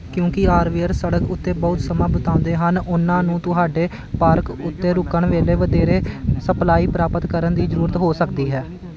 ਕਿਉਂਕਿ ਆਰਵੀਅਰ ਸੜਕ ਉੱਤੇ ਬਹੁਤ ਸਮਾਂ ਬਿਤਾਉਂਦੇ ਹਨ ਉਨ੍ਹਾਂ ਨੂੰ ਤੁਹਾਡੇ ਪਾਰਕ ਉੱਤੇ ਰੁਕਣ ਵੇਲੇ ਵਧੇਰੇ ਸਪਲਾਈ ਪ੍ਰਾਪਤ ਕਰਨ ਦੀ ਜ਼ਰੂਰਤ ਹੋ ਸਕਦੀ ਹੈ